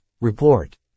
report